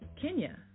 Kenya